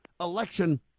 election